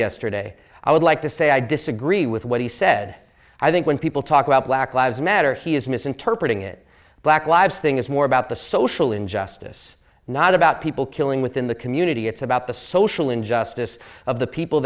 yesterday i would like to say i disagree with what he said i think when people talk about black lives matter he is misinterpreting it black lives thing is more about the social injustice not about people killing within the community it's about the social injustice of the people